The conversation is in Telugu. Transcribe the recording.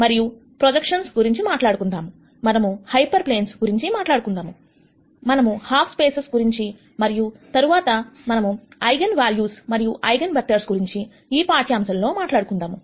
మనము ప్రొజెక్షన్స్ గురించి మాట్లాడుకుందాం మనము హైపెర్ప్లేన్స్ గురించి మాట్లాడుకుందాం మనము హాల్ఫ్ స్పేసేస్ గురించి మరియు తర్వాత మనం ఐగన్ వేల్యూస్ మరియు ఐగన్ వెక్టర్స్ గురించి ఈ పాఠ్యాంశంలో మాట్లాడుకుందాం